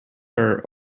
are